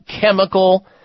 chemical